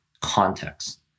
context